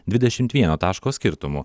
dvidešimt vieno taško skirtumu